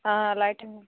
అలాగే